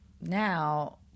now –